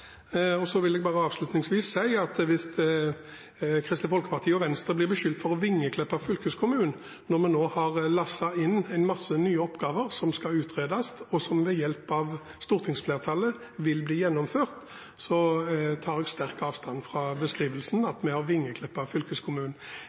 Så vil jeg bare avslutningsvis si at hvis Kristelig Folkeparti og Venstre blir beskyldt for å vingeklippe fylkeskommunen når vi nå har fått inn en masse nye oppgaver som skal utredes, og som ved hjelp av stortingsflertallet vil bli gjennomført, tar jeg sterk avstand fra beskrivelsen